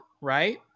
right